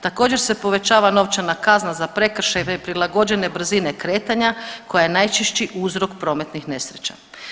Također se povećava novčana kazna za prekršaj neprilagođene brzine kretanja koja je najčešći uzrok prometnih nesreća.